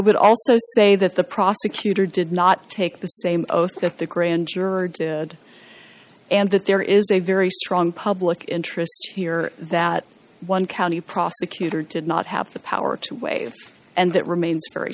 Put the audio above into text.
would also say that the prosecutor did not take the same oath that the grand juror did and that there is a very strong public interest here that one county prosecutor did not have the power to waive and that remains very